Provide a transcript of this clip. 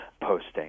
posting